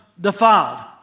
defiled